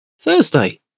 Thursday